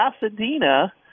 Pasadena